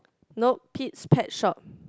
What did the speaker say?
nope pit's pet shop